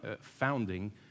founding